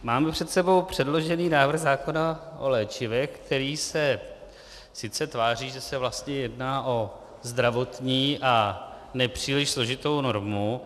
Máme před sebou předložený návrh zákona o léčivech, který se sice tváří, že se vlastně jedná o zdravotní a nepříliš složitou normu.